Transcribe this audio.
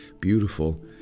Beautiful